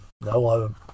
no